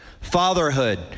fatherhood